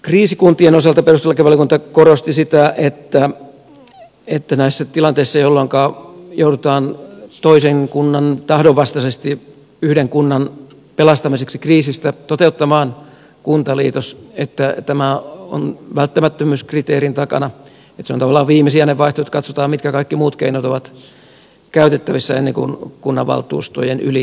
kriisikuntien osalta perustuslakivaliokunta korosti sitä että näissä tilanteissa jolloinka joudutaan toisen kunnan tahdon vastaisesti yhden kunnan pelastamiseksi kriisistä toteuttamaan kuntaliitos tämä on välttämättömyyskriteerin takana että se on tavallaan viimesijainen vaihtoehto ja katsotaan mitkä kaikki muut keinot ovat käytettävissä ennen kuin kunnanvaltuustojen yli kävellään